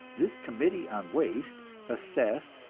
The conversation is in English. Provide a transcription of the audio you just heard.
this committee on waste assessed,